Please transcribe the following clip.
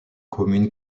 commune